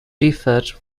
differed